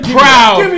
proud